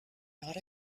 not